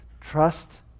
Trust